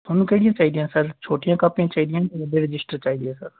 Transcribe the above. ਤੁਹਾਨੂੰ ਕਿਹੜੀਆਂ ਚਾਹੀਦੀਆਂ ਸਰ ਛੋਟੀਆਂ ਕਾਪੀਆਂ ਚਾਹੀਦੀਆਂ ਜਾਂ ਵੱਡੇ ਰਜਿਸਟਰ ਚਾਹੀਦੇ ਆ ਸਰ